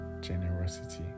generosity